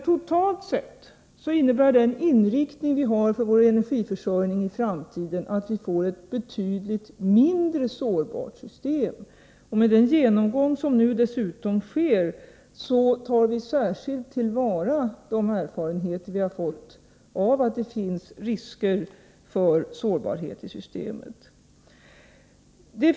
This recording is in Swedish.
Totalt sett får vi, med den inriktning vi har när det gäller energiförsörjningen i framtiden, ett betydligt mindre sårbart system. I samband med den genomgång som nu sker tar vi särskilt till vara de erfarenheter som finns med tanke på riskerna till följd av systemets sårbarhet.